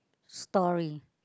story